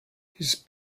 his